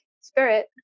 spirit